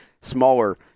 smaller